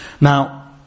Now